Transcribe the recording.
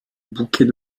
bouquet